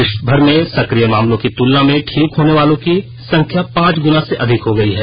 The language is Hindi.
देशभर में सक्रिय मामलों की तुलना में ठीक होने वालों की संख्या पांच गुना से अधिक हो गई है